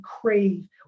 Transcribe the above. crave